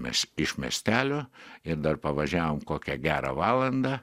mes iš miestelio ir dar pavažiavom kokią gerą valandą